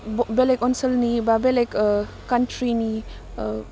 बह बेलेक अनसोलनि बा बेलेग कानट्रिनि